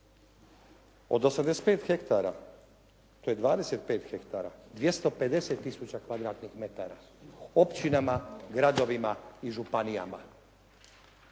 od 85 hektara to je 25 hektara, 250 tisuća kvadratnih metara općinama, gradovima i županijama